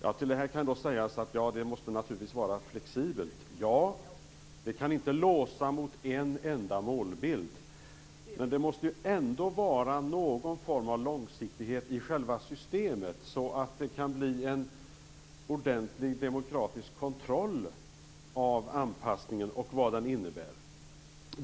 Ett svar skulle kunna bli att det naturligtvis måste vara flexibelt. Ja, det kan inte låsa mot en enda målbild, men det måste ändå vara någon form av långsiktighet i själva systemet, så att det kan bli en ordentlig demokratisk kontroll av anpassningen och vad den innebär.